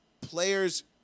players